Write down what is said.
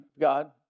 God